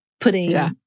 putting